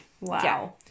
Wow